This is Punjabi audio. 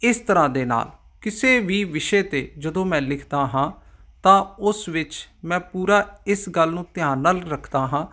ਇਸ ਤਰ੍ਹਾਂ ਦੇ ਨਾਲ ਕਿਸੇ ਵੀ ਵਿਸ਼ੇ 'ਤੇ ਜਦੋਂ ਮੈਂ ਲਿਖਦਾ ਹਾਂ ਤਾਂ ਉਸ ਵਿੱਚ ਮੈਂ ਪੂਰਾ ਇਸ ਗੱਲ ਨੂੰ ਧਿਆਨ ਨਾਲ ਰੱਖਦਾ ਹਾਂ